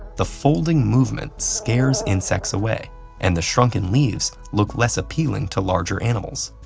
the folding movement scares insects away and the shrunken leaves look less appealing to larger animals.